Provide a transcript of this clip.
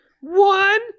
One